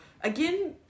Again